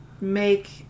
make